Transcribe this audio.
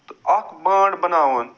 تہٕ اکھ بانٛڈ بناوان